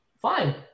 fine